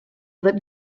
that